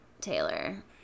Taylor